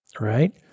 right